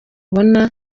ubona